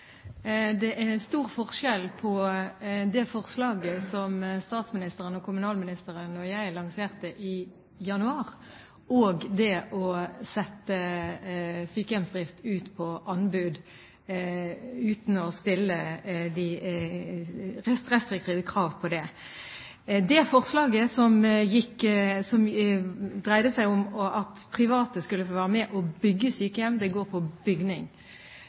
Det er stor forskjell på det forslaget som statsministeren, kommunalministeren og jeg lanserte i januar, og det å sette sykehjemsdrift ut på anbud uten å stille restriktive krav. Det forslaget som dreide seg om at private skulle få være med og bygge sykehjem, går på bygning.